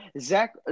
Zach